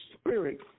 spirit